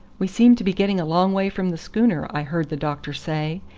we seem to be getting a long way from the schooner, i heard the doctor say,